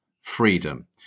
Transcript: freedom